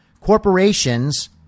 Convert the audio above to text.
Corporations